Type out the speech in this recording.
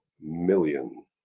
million